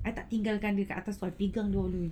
I tak tinggalkan dia kat atas pegang dia